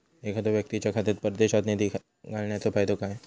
एखादो व्यक्तीच्या खात्यात परदेशात निधी घालन्याचो फायदो काय?